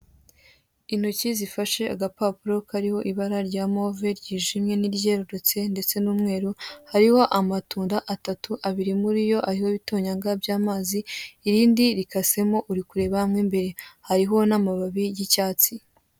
Intoki zifashe agapapuro kariho ibara rya move ryijimye n'iryerutse ndetse n'umweru, hariho amatunda atatu, abiri muri yo ariho ibitonyanga by'amazi, irindi rikasemo, uri kureba mo imbere hariho n'amababi y'icyatsi.